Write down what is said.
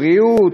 הבריאות,